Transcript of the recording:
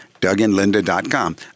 Dougandlinda.com